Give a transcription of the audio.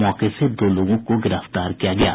मौके से दो लोगों को गिरफ्तार किया गया है